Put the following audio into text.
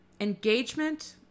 engagement